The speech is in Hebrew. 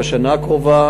בשנה הקרובה,